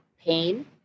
pain